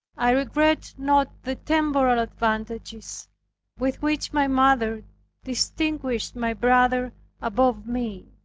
i regretted not the temporal advantages with which my mother distinguished my brother above me.